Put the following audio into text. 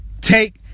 Take